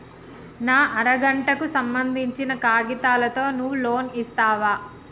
నా అర గంటకు సంబందించిన కాగితాలతో నువ్వు లోన్ ఇస్తవా?